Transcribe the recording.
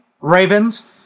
Ravens